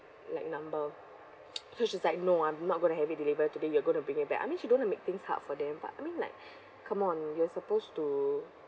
like number so she's like no I'm not going to have it deliver today you are going to bring it back I mean she don't want to make things hard for them but I mean like come on you're supposed to